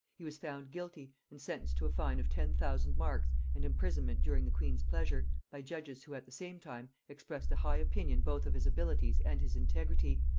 he was found guilty, and sentenced to a fine of ten thousand marks and imprisonment during the queen's pleasure, by judges who at the same time expressed a high opinion both of his abilities and his integrity,